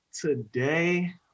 today